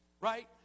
right